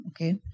okay